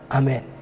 amen